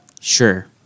Sure